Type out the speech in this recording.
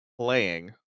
playing